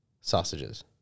Sausages